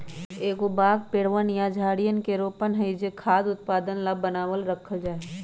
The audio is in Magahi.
एगो बाग पेड़वन या झाड़ियवन के रोपण हई जो खाद्य उत्पादन ला बनावल रखल जाहई